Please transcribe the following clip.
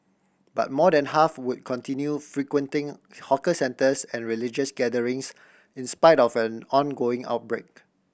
but more than half would continue frequenting hawker centres and religious gatherings in spite of an ongoing outbreak